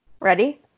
Ready